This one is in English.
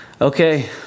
Okay